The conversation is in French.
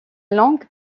langue